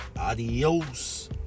Adios